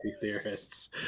theorists